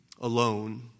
Alone